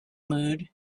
mood